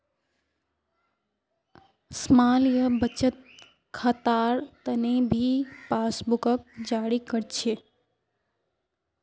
small या बचत खातार तने भी पासबुकक जारी कर छे